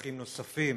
מבוטחים נוספים